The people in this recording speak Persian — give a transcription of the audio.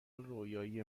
رویایی